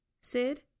Sid